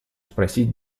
спросить